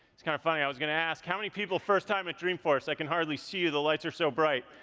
it's kinda kind of funny, i was going to ask, how many people, first time at dreamforce? i can hardly see you, the lights are so bright.